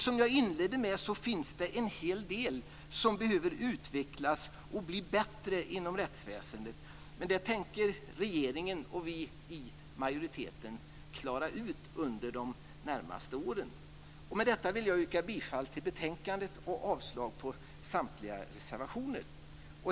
Som jag inledde med finns det en hel del som behöver utvecklas och bli bättre inom rättsväsendet. Men det tänker regeringen och vi i majoriteten klara ut under de närmaste åren. Med detta vill jag yrka bifall till hemställan i betänkandet och avslag på samtliga reservationer.